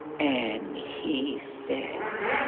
and he said,